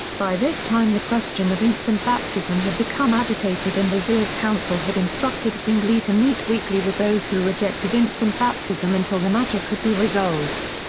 by this time the question of infant baptism had become agitated and the zurich council had instructed zwingli to meet weekly with those who rejected infant baptism until the matter could be resolved.